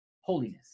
Holiness